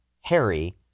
Harry